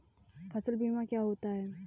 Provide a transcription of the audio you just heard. फसल बीमा क्या होता है?